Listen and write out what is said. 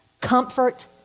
comfort